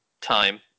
time